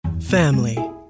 family